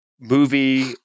movie